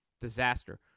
disaster